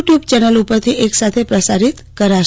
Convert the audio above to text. tube ચેનલો ઉપરથી એક સાથે પ્રસારીત કરાશે